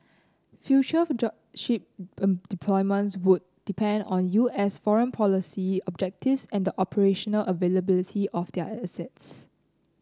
future of job ship deployments would depend on U S foreign policy objectives and the operational availability of our assets